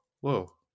whoa